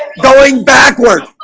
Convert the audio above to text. going backward